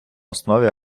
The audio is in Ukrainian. основі